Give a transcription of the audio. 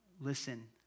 listen